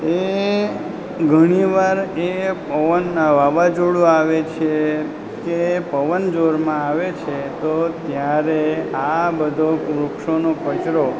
એ ઘણી વાર એ પવન વાવાઝોડું આવે છે કે પવન જોરમાં આવે છે તો ત્યારે આ બધો વૃક્ષોનો કચરો